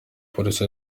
polisi